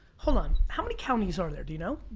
hold on. how many counties are there? do you know?